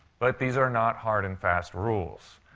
but these are not hard-and-fast rules.